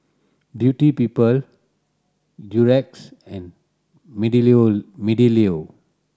Beauty People Durex and Meadlow Mealiu